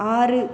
ஆறு